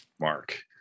Mark